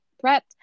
threat